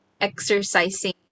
exercising